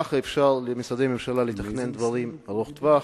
כך משרדי ממשלה יכולים לתכנן דברים ארוכי-טווח,